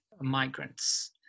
migrants